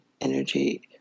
energy